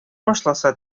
башласа